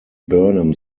burnham